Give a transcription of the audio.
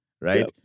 right